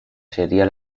sería